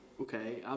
Okay